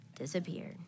disappeared